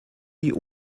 die